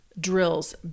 drills